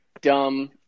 dumb